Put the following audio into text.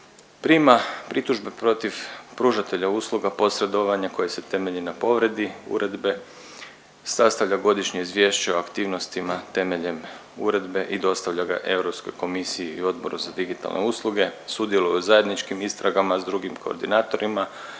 prima pritužbe protiv pružatelja usluga posredovanja koje se temelji na povredi uredbe, sastavlja godišnje izvješće o aktivnostima temeljem uredbe i dostavlja ga Europskoj komisiji i Odboru za digitalne usluge, sudjeluje u zajedničkim istragama s drugim koordinatorima